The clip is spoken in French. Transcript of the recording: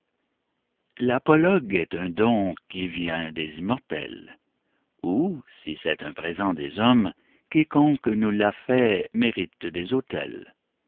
l'apologue est un don qui vient des immortels ou si c'est un présent des hommes quiconque nous l'a fait mérite des autels